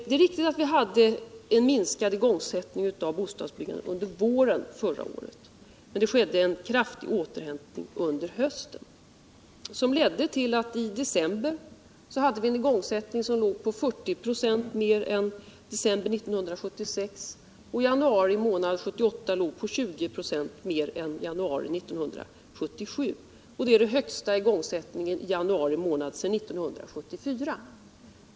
Det är riktigt att vi hade en minskad igångsättning i bostadsbyggandet under våren förra året. Men det skedde en kraftig återhämtning under hösten, som ledde till att vi i december hade en igångsättning som låg på 40 ”A mer än i december 1976. Och för januari månad 1978 låg igångsättningen på 20 a mer än i januari 1977. Det är den högsta igångsättningen i januari månad sedan 1974.